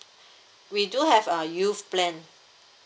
we do have a youth plan